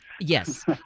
Yes